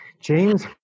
James